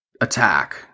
attack